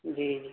جی